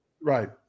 Right